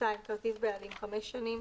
כרטיס בעלים - 5 שנים,